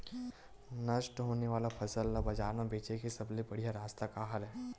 नष्ट होने वाला फसल ला बाजार मा बेचे के सबले बढ़िया रास्ता का हरे?